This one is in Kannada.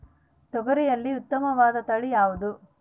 ತೊಗರಿಯಲ್ಲಿ ಉತ್ತಮವಾದ ತಳಿ ಯಾವುದು?